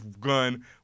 gun